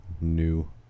new